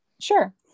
Sure